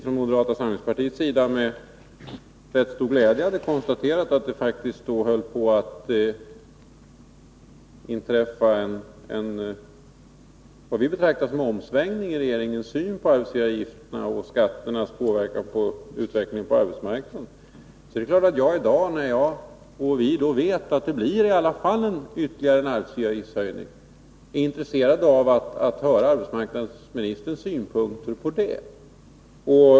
Från moderata samlingspartiets sida hade vi med rätt stor glädje konstaterat att det faktiskt då höll på att inträffa vad vi betraktade som en omsvängning i regeringens syn på arbetsgivaravgifternas och skatternas inverkan på utvecklingen på arbetsmarknaden. Därför är det klart att jag i dag, då vi vet att det i alla fall blir en ytterligare arbetsgivaravgiftshöjning, är intresserad av att höra arbetsmarknadsministerns synpunkter på detta.